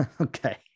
Okay